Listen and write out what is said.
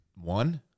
one